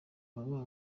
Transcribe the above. waba